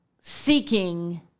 seeking